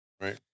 Right